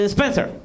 Spencer